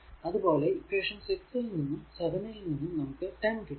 അത് പോലെ ഇക്വേഷൻ 6 ൽ നിന്നും 7 ൽ നിന്നും നമുക്ക് 10 കിട്ടും